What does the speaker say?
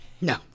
No